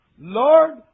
Lord